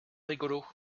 rigolo